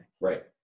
Right